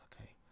Okay